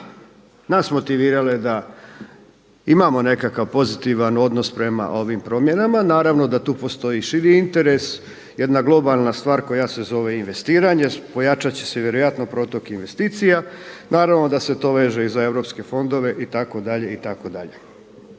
nas motivirale da imamo nekakav pozitivan odnos prema ovim promjenama. Naravno da tu postoji širi interes, jedna globalna stvar koja se zove investiranje. Pojačat će se vjerojatno protok investicija, naravno da se to veže za europske fondove itd.,